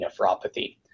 nephropathy